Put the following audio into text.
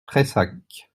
prayssac